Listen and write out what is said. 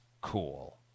cool